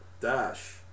Dash